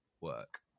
work